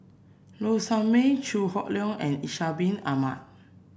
Low Sanmay Chew Hock Leong and Ishak Bin Ahmad